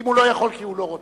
אם הוא לא יכול כי הוא לא רוצה?